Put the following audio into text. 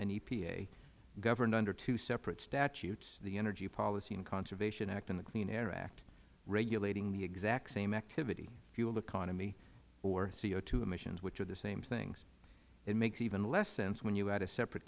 epa governed under two separate statutes the energy policy and conservation act and the clean air act regulating the exact same activity fuel economy or co emissions which are the same things it makes even less sense when you add a separate